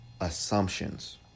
Assumptions